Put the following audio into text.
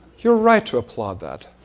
you're right to applaud that.